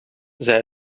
zij